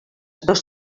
dos